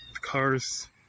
cars